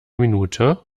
minute